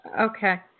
Okay